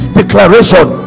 declaration